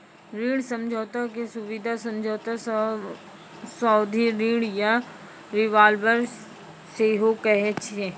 ऋण समझौता के सुबिधा समझौता, सावधि ऋण या रिवॉल्बर सेहो कहै छै